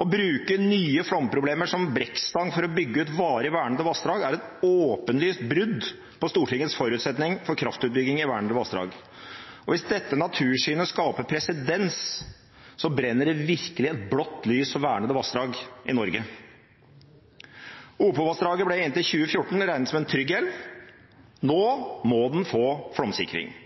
Å bruke nye flomproblemer som brekkstang for å bygge ut varig vernede vassdrag er et åpenlyst brudd på Stortingets forutsetning for kraftutbygging i vernede vassdrag. Og hvis dette natursynet skaper presedens, brenner det virkelig et blått lys for vernede vassdrag i Norge. Opovassdraget ble inntil 2014 regnet som en trygg elv. Nå må den få flomsikring.